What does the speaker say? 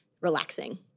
relaxing